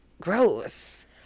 gross